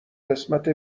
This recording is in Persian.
قسمت